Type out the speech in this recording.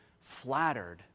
flattered